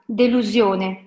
delusione